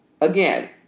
again